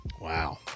Wow